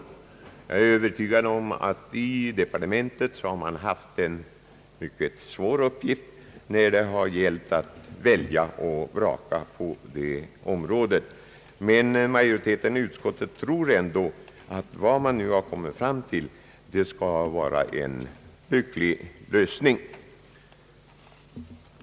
Jag är övertygad om att man i departementet haft en mycket svår uppgift när det har gällt att välja och vraka på detta område, men majoriteten av utskottet tror att man nu kommit fram till en hygglig lösning.